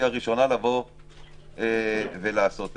היא הראשונה לעשות זאת.